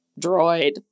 droid